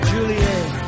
Juliet